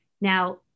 Now